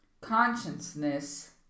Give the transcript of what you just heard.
consciousness